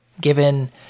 given